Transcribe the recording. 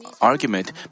argument